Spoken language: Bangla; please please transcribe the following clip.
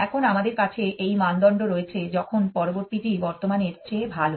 এখন আমাদের কাছে এই মানদণ্ড রয়েছে যখন পরবর্তীটি বর্তমানের চেয়ে ভাল